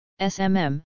SMM